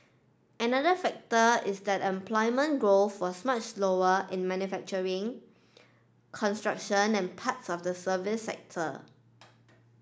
another factor is that employment growth was much slower in manufacturing construction and parts of the services sector